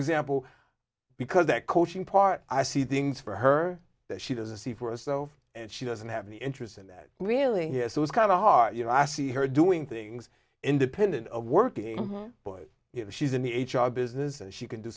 example because that coaching part i see things for her that she doesn't see for herself and she doesn't have any interest in that really here so it's kind of hard you know i see her doing things independent of working but you know she's in the business and she can do